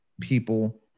people